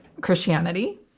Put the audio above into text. Christianity